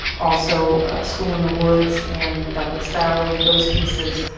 also school in the woods and douglas valley, those pieces.